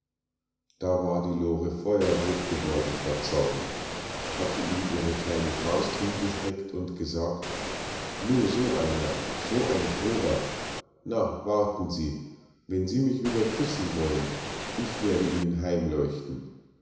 da war die lore feuerrot geworden vor zorn hatte ihm ihre kleine faust hingestreckt und gesagt nu so einer so ein grober na warten sie wenn sie mich wieder küssen wollen ich werde ihnen